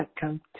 come